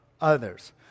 others